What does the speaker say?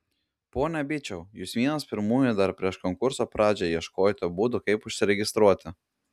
pone byčiau jūs vienas pirmųjų dar prieš konkurso pradžią ieškojote būdų kaip užsiregistruoti